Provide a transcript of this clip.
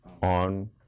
on